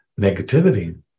negativity